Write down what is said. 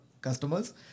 customers